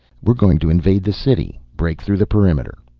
we are going to invade the city, break through the perimeter.